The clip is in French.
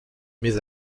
mais